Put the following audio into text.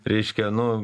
reiškia nu